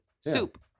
Soup